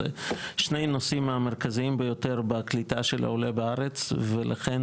אלה שני נושאים המרכזיים ביותר בקליטה של העולה בארץ ולכן